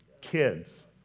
Kids